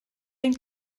ein